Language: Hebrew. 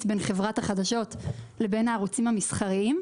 בין חברת החדשות לבין הערוצים המסחריים,